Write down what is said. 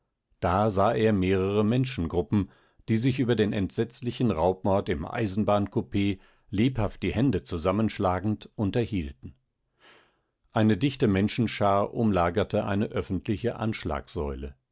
da sah er mehrere menschengruppen die sich über den entsetzlichen raubmord im eisenbahnkupee lebhaft die hände zusammenschlagend unterhielten eine dichte menschenschar umlagerte eine öffentliche